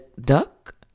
duck